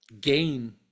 gain